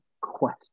question